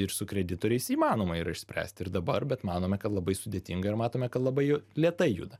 ir su kreditoriais įmanoma yra išspręsti ir dabar bet manome kad labai sudėtinga ir matome kad labai lėtai juda